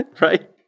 Right